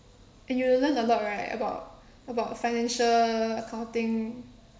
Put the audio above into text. and you will learn a lot right about about financial accounting